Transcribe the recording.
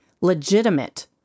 legitimate